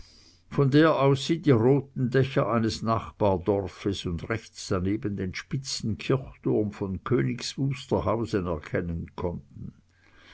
von der aus sie die roten dächer eines nachbardorfes und rechts daneben den spitzen kirchturm von königs wusterhausen erkennen konnten